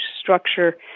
structure